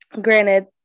granted